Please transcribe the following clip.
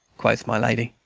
quoth my lady,